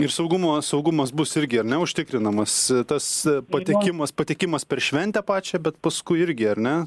ir saugumo saugumas bus irgi ar ne užtikrinamas tas patekimas patekimas per šventę pačią bet paskui irgi ar ne